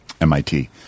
MIT